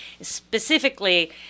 Specifically